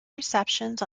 receptions